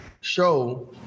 show